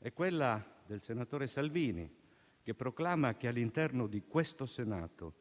e quella del senatore Salvini, che proclama che all'interno di questo Senato